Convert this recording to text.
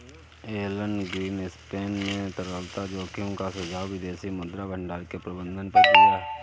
Elon Greenspan ने तरलता जोखिम का सुझाव विदेशी मुद्रा भंडार के प्रबंधन पर दिया